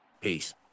peace